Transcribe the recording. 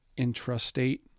intrastate